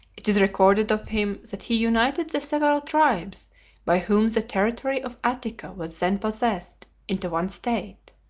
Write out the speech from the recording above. it is recorded of him that he united the several tribes by whom the territory of attica was then possessed into one state,